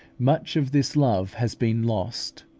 much of this love has been lost.